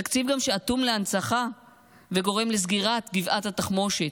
תקציב שאטום להנצחה וגורם גם לסגירת גבעת התחמושת,